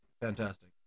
Fantastic